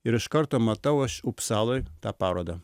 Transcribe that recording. ir iš karto matau aš upsaloj tą parodą